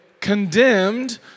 condemned